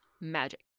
Magic